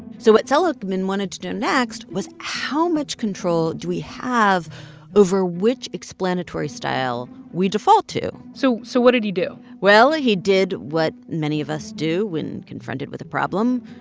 so what seligman wanted to do next was how much control do we have over which explanatory style we default to? so so what did he do? well, he did what many of us do when confronted with a problem.